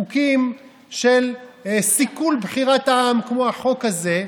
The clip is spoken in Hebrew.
חוקים של סיכול בחירת העם כמו החוק הזה,